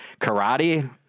karate